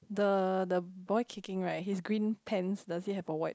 the the boy kicking right his green pants does it have a wipe